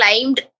climbed